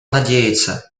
надеется